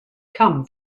come